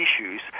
issues